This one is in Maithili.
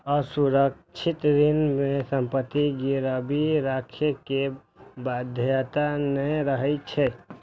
असुरक्षित ऋण मे संपत्ति गिरवी राखै के बाध्यता नै रहै छै